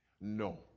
No